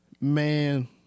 Man